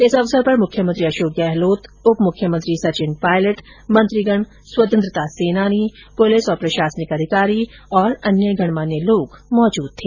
इस अवसर पर मुख्यमंत्री अशोक गहलोत उप मुख्यमंत्री सचिन पायलट मंत्रीगण स्वतंत्रता सेनानी पुलिस और प्रशासनिक अधिकारी और अन्य गणमान्य लोग मौजूद थे